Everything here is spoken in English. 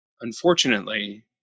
unfortunately